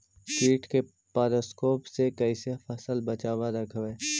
कीट के परकोप से कैसे फसल बचाब रखबय?